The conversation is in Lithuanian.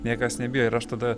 niekas nebijo ir aš tada